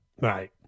Right